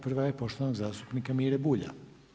Prva je poštovanog zastupnika Mire Bulja.